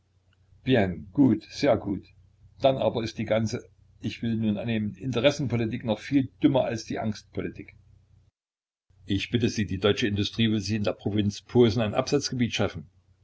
bien gut sehr gut dann aber ist die ganze ich will nun annehmen interessenpolitik noch viel dümmer als die angstpolitik ich bitte sie die deutsche industrie will sich in der provinz posen ein absatzgebiet schaffen